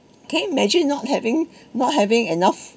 can you imagine not having not having enough